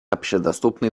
общедоступный